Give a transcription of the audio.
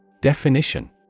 Definition